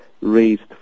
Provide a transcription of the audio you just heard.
raised